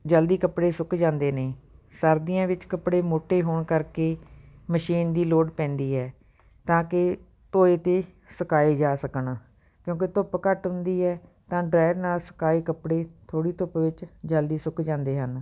ਜਲਦੀ ਕੱਪੜੇ ਸੁੱਕ ਜਾਂਦੇ ਨੇ ਸਰਦੀਆਂ ਵਿੱਚ ਕੱਪੜੇ ਮੋਟੇ ਹੋਣ ਕਰਕੇ ਮਸ਼ੀਨ ਦੀ ਲੋੜ ਪੈਂਦੀ ਹੈ ਤਾਂ ਕਿ ਧੋਏ ਅਤੇ ਸੁਕਾਏ ਜਾ ਸਕਣ ਕਿਉਂਕਿ ਧੁੱਪ ਘੱਟ ਹੁੰਦੀ ਹੈ ਤਾਂ ਡਰਾਇਅਰ ਨਾਲ ਸੁਕਾਏ ਕੱਪੜੇ ਥੋੜ੍ਹੀ ਧੁੱਪ ਵਿੱਚ ਜਲਦੀ ਸੁੱਕ ਜਾਂਦੇ ਹਨ